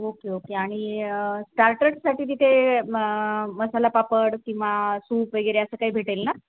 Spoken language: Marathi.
ओके ओके आणि स्टार्टर्ससाठी तिथे म मसाला पापड किंवा सूप वगैरे असं काही भेटेल ना